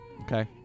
Okay